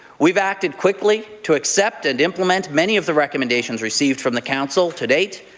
we've acted quickly to accept and implement many of the recommendations received from the council to date.